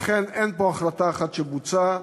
לכן, אין פה החלטה אחת שבוצעה.